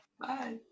Bye